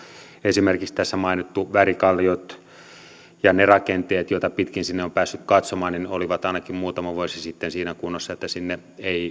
esimerkiksi tässä mainittu värikallio ja ne rakenteet joita pitkin sinne on päässyt katsomaan olivat ainakin muutama vuosi sitten siinä kunnossa että sinne ei